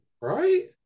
Right